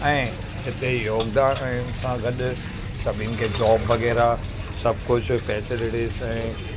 ऐं हिते योगदान ऐं हिन सां गॾु सभिनी खे जॉब वग़ैरह सभु कुझु फैसिलिटिस आहे